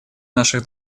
наших